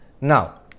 Now